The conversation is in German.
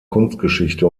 kunstgeschichte